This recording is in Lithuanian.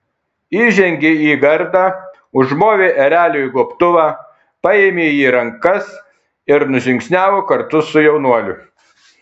įžengė į gardą užmovė ereliui gobtuvą paėmė į rankas ir nužingsniavo kartu su jaunuoliu